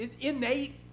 innate